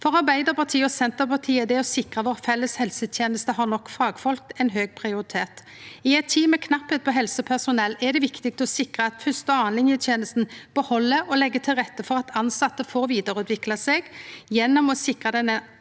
For Arbeidarpartiet og Senterpartiet er det å sikre at dei felles helsetenestene våre har nok fagfolk, ein høg prioritet. I ei tid med knappleik på helsepersonell er det viktig å sikre at fyrste- og andrelinjetenesta beheld tilsette og legg til rette for at dei får vidareutvikle seg, gjennom å sikre den